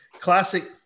classic